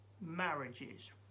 marriages